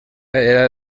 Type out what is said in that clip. era